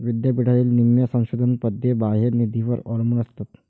विद्यापीठातील निम्म्या संशोधन पदे बाह्य निधीवर अवलंबून असतात